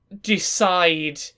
decide